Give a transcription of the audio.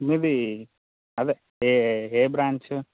మీది అదే ఏ ఏ బ్రాంచు